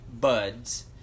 Buds